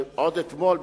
עוד אתמול,